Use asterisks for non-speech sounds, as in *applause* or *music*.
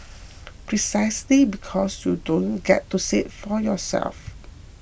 *noise* precisely because you don't get to see it for yourself